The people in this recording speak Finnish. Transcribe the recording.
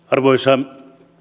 arvoisa